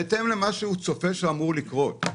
בהתאם למה שהוא צופה שאמור לקרות.